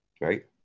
right